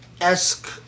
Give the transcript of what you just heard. esque